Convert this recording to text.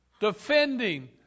defending